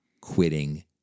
quitting